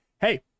hey